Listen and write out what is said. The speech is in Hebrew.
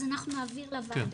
אז אנחנו נעביר לוועדה.